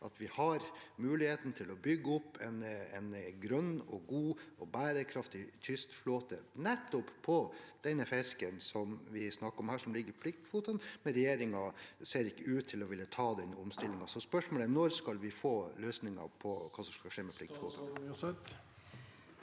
at vi har muligheten til å bygge opp en grønn, god og bærekraftig kystflåte nettopp på denne fisken som vi snakker om her, som ligger i pliktkvotene, men regjeringen ser ikke ut til å ville ta den omstillingen. Spørsmålet er: Når skal vi få løsningen på hva som skal skje med pliktkvotene? Statsråd